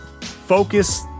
focus